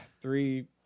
three